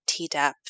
Tdap